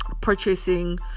purchasing